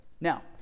Now